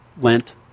Lent